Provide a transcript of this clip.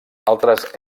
altres